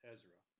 Ezra